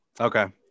Okay